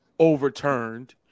overturned